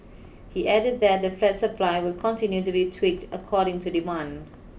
he added that the flat supply will continue to be tweaked according to demand